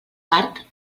part